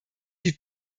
die